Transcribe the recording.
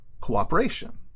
cooperation